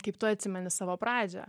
kaip tu atsimeni savo pradžią